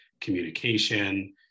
communication